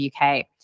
UK